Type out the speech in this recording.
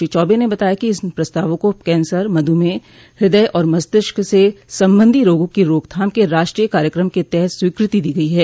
श्री चौबे ने बताया कि इन प्रस्तावों को कैंसर मध्मेह हृदय और मस्तिष्क से संबंधी रोगों की रोकथाम के राष्ट्रीय कार्यक्रम के तहत स्वीकृति दी गई हैं